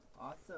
Awesome